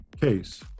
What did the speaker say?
case